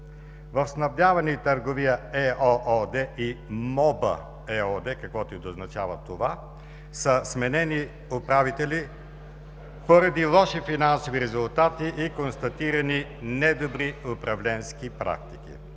В „Снабдяване и търговия“ ЕООД и „Моб“ ЕООД, каквото и да означава това (оживление в ГЕРБ), са сменени управители поради лоши финансови резултати и констатирани недобри управленски практики.